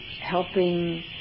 helping